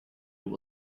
will